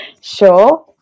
sure